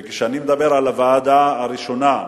וכשאני מדבר על הוועדה הראשונה,